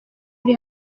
uri